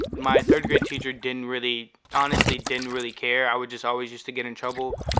my third grade teacher didn't really honestly didn't really care. i would just always used to get in trouble.